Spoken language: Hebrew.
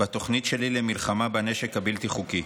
בתוכנית שלי למלחמה בנשק הבלתי-חוקי.